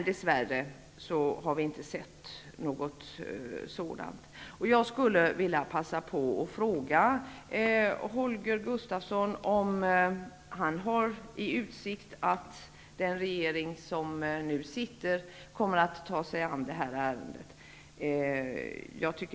Dessvärre har vi inte sett något resultat av detta. Jag skulle vilja passa på att fråga Holger Gustafsson om det finns någon utsikt att den sittande regeringen kommer att ta sig an det här ärendet.